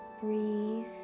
Breathe